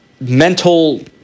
mental